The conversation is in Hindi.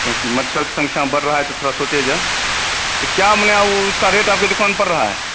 क्योंकि मच्छर की संख्या बढ़ रही है तो थोड़ा सोचें जो तो क्या माने वह उसका रेट आपकी दुकान पर रहा है